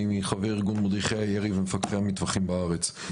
אני מחברי ארגון מדריכי הירי ומפקחי המטווחים בארץ.